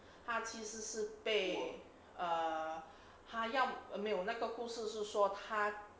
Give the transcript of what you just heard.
他其实是被 err 他要没有那个护士说他